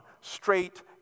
straight